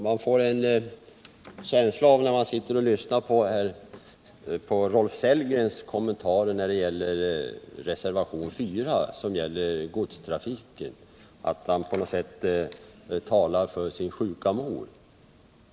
Herr talman! När man lyssnar till Rolf Sellgrens kommentarer till reservationen 4, som handlar om styckegodstrafiken, får man en känsla av att han talar för sin sjuka mor.